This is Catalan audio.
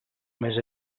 més